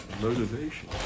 Motivation